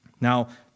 Now